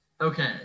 Okay